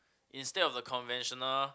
instead of the conventional